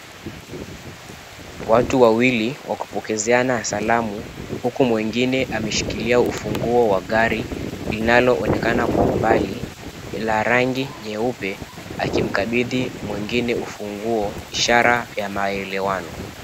Watu wawili wakipokezeana salamu huku mwingine a𝑚𝑒𝑠hikilia ufunguo wa gari lina𝑙𝑜onekana kwa mbali la rangi nyeupe akimkabidhi mwingine ufunguo ishara ya maelewano.